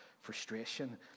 frustration